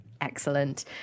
excellent